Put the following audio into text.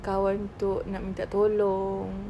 kawan untuk nak minta tolong